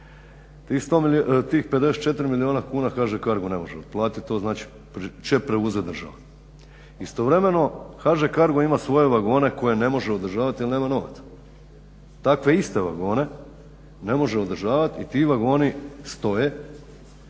tih 54 milijuna kuna HŽ-Cargo ne može otplatiti. To znači će preuzeti država. Istovremeno HŽ-Cargo ima svoje vagone koje ne može održavati jer nema novaca. Takve iste vagone ne može održavati i ti vagoni stoje